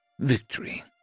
victory